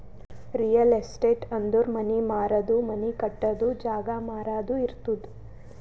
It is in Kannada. ರಿಯಲ್ ಎಸ್ಟೇಟ್ ಅಂದುರ್ ಮನಿ ಮಾರದು, ಮನಿ ಕಟ್ಟದು, ಜಾಗ ಮಾರಾದು ಇರ್ತುದ್